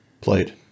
played